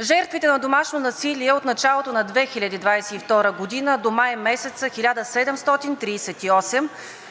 Жертвите на домашно насилие от началото на 2022 г. до месец май са 1738,